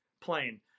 plane